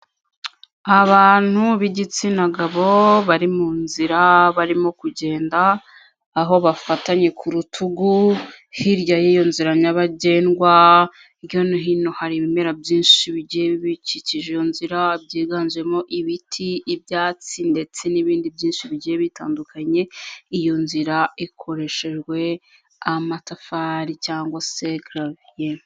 Abantu b'igitsina gabo bari mu nzira barimo kugenda, aho bafatanye ku rutugu, hirya y'iyo nzira nyabagendwa, haga hino hari ibimera byinshi bigiye bikikije iyo nzira, byiganjemo ibiti, ibyatsi ndetse n'ibindi byinshi bigiye bitandukanye, iyo nzira ikoreshejwe amatafari cyangwa se garaviye.